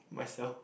myself